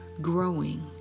growing